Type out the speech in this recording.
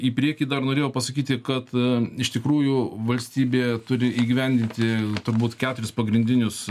į priekį dar norėjau pasakyti kad iš tikrųjų valstybė turi įgyvendinti turbūt keturis pagrindinius